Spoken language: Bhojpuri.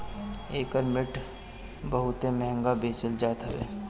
एकर मिट बहुते महंग बेचल जात हवे